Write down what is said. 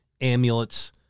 amulets